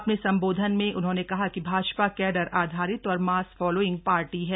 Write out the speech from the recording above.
अपने संबोधन में उन्होंने कहा कि भाजपा कैडर आधारित और मास फॉलोइंग पार्टी है